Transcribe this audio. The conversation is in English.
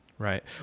Right